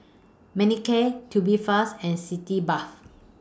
Manicare Tubifast and Sitz Bath